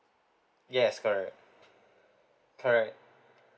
yes correct correct